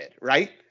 right